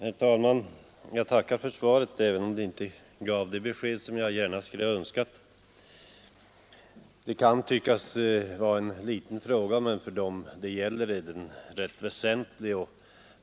Herr talman! Jag tackar för svaret, även om det inte gav det besked som jag gärna skulle ha önskat. Detta kan tyckas vara en liten fråga, men för dem det gäller är den rätt väsentlig.